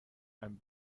ein